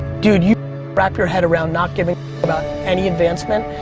dude you wrap your head around not giving a about any advancement,